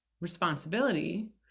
responsibility